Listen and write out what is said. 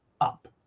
up